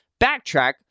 backtrack